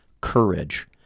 courage